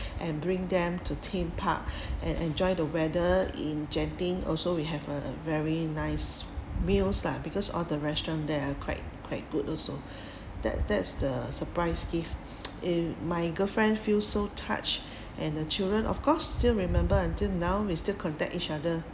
and bring them to theme park and enjoy the weather in genting also we have a very nice meals lah because all the restaurant there are quite quite good also that that is the surprise gift and my girlfriend feel so touched and the children of course still remember until now we still contact each other